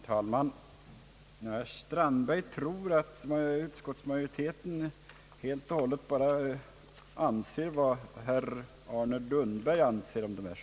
Herr talman! Herr Strandberg tror att utskottsmajoriteten helt och hållet anser detsamma som herr Arne Lundberg i dessa frågor.